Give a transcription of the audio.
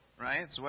right